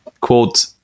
quote